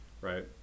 right